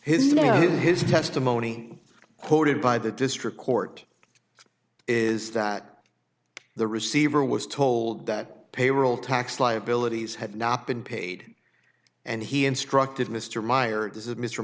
know his testimony quoted by the district court is that the receiver was told that payroll tax liabilities had not been paid and he instructed mr meyer does